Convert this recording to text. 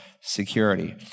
security